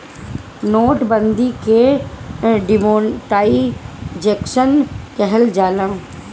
note बंदी के demonetisation कहल जाला